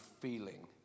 feeling